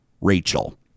Rachel